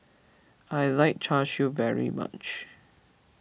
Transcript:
I like Char Siu very much